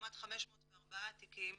לעומת 504 תיקים